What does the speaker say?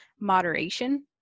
moderation